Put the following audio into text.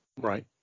Right